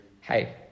hey